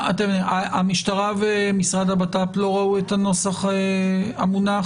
המשטרה ומשרד הבט"פ לא ראו את הנוסח המונח?